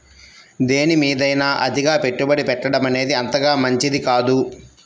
దేనిమీదైనా అతిగా పెట్టుబడి పెట్టడమనేది అంతగా మంచిది కాదు